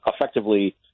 effectively